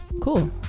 cool